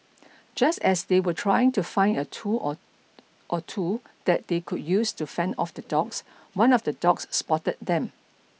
just as they were trying to find a tool or or two that they could use to fend off the dogs one of the dogs spotted them